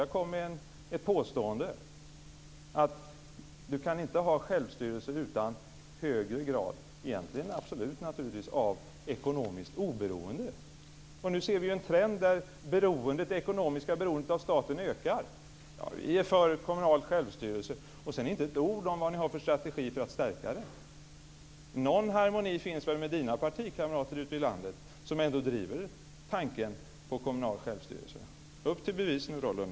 Jag kom med påståendet att man inte kan ha självstyrelse utan en högre grad - egentligen absolut, naturligtvis - av ekonomiskt oberoende. Nu ser vi en trend där det ekonomiska beroendet av staten ökar. Ni säger att ni är för kommunal självstyrelse men säger sedan inte ett ord om vilken strategi ni har för att stärka den. Någon harmoni finns det väl med Johan Lönnroths partikamrater ute i landet som ändå driver tanken på kommunal självstyrelse. Upp till bevis nu, Lönnroth!